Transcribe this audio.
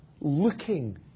looking